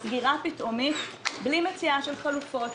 סגירה פתאומית בלי מציאת חלופות,